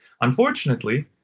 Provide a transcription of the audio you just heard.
Unfortunately